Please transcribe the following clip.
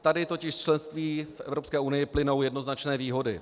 Tady totiž z členství v Evropské unii plynou jednoznačné výhody.